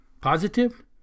positive